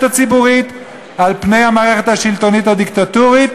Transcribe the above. הציבורית על-פני המערכת השלטונית הדיקטטורית,